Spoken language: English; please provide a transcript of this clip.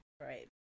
right